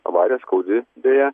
avarija skaudi beje